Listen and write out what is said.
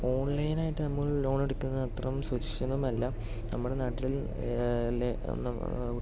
online ആയിട്ട് നമ്മൾ loan എടുക്കുന്നത് അത്രയും സുരക്ഷിതമല്ല നമ്മുടെ നാട്ടിൽ